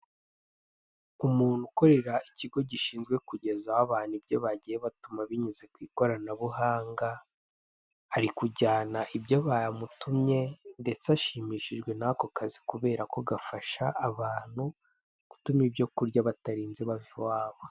Umuntu ukorera ikigo gishinzwe kugezaho abantu ibyo bagiye batuma binyuze ku ikoranabuhanga, ari kujyana ibyo bamutumye ndetse ashimishijwe n'ako kazi kubera ko gafasha abantu gutuma ibyo kurya batarinze bava iwabo.